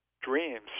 Dreams